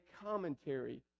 commentary